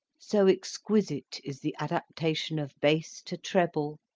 so exquisite is the adaptation of bass to treble,